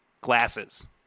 Glasses